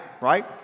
right